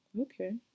Okay